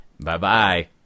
Bye-bye